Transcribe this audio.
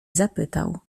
zapytał